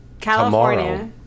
California